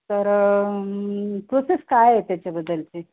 तर प्रोसेस काय आहे त्याच्याबद्दलचे